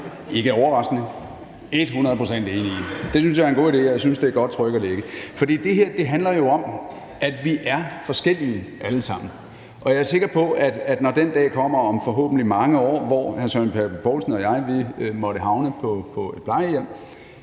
– et hundrede procent enig i. Det synes jeg er en god idé, og jeg synes, at det er et godt tryk at lægge, for det her handler jo om, at vi er forskellige alle sammen. Jeg er sikker på, at når den dag kommer om forhåbentlig mange år, hvor hr. Søren Pape Poulsen og jeg måtte havne på et plejehjem,